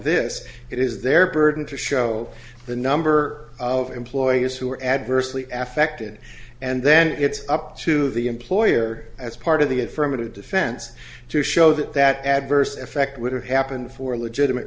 this it is their burden to show the number of employers who are adversely affected and then it's up to the employer as part of the affirmative defense to show that that adverse effect would have happened for legitimate